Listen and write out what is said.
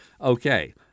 Okay